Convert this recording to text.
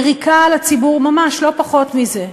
יריקה על הציבור, ממש, לא פחות מזה.